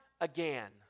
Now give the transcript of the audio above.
again